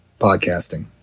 podcasting